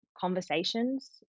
conversations